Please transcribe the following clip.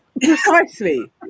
Precisely